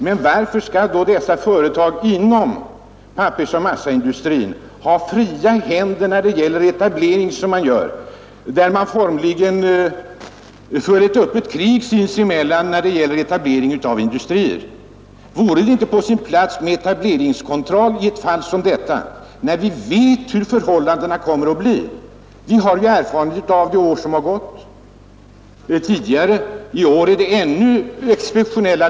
Men varför skall dessa företag inom pappersoch massaindustrin ha fria händer att etablera så som nu sker? Man för ju sinsemellan öppna strider när det gäller etableringen av industrier. Vore det inte i sådana fall på sin plats med etableringskontroll, när vi vet hur förhållandena kommer att bli? Vi har ju erfarenhet från tidigare år, och i år är förhållandena ännu mer exceptionella.